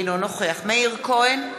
אינו נוכח מאיר כהן,